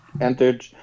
entered